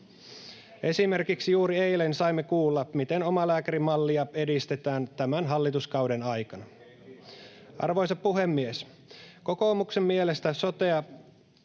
Esimerkiksi juuri eilen saimme kuulla, miten omalääkärimallia edistetään tämän hallituskauden aikana. Arvoisa puhemies! Kokoomuksen mielestä sotesta